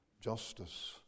justice